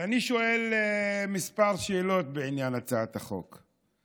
ואני שואל כמה שאלות בעניין הצעת החוק.